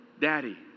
Daddy